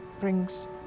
brings